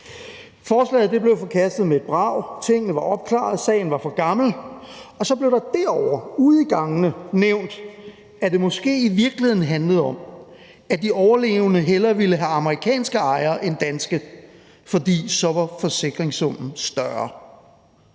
Forslaget blev forkastet med et brag, tingene var opklaret, sagen var for gammel, og så blev der ude i gangene nævnt, at det måske i virkeligheden handlede om, at de overlevende hellere ville have amerikanske ejere end danske, for så var forsikringssummen større.